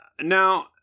now